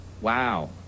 Wow